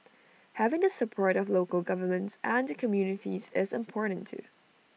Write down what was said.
having the support of local governments and the communities is important too